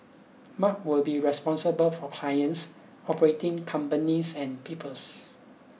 Mark will be responsible for clients operating companies and peoples